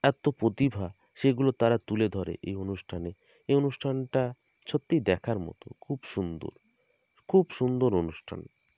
এত্ত প্রতিভা সেইগুলো তারা তুলে ধরে এই অনুষ্ঠানে এই অনুষ্ঠানটা সত্যি দেখার মতো খুব সুন্দর খুব সুন্দর অনুষ্ঠান